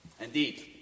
Indeed